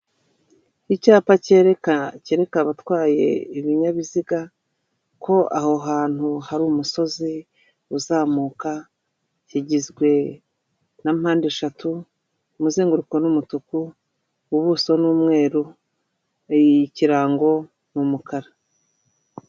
Icyapa cyerekana cyereka abatwaye ibinyabiziga ko aho hantu hari umusozi uzamuka kigizwe na mpande eshatu umuzenguruko n'umutuku ubuso n'umweru ikirango ni umukara.